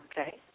Okay